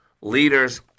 Leaders